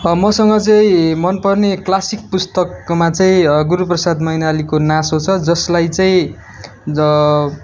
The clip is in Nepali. मसँग चाहिँ मन पर्ने क्लासिक पुस्तकमा चाहिँ गुरूप्रसाद मैनालीको नासो छ जसलाई चाहिँ